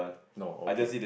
no okay